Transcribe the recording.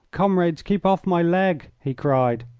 comrades, keep off my leg! he cried,